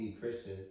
Christian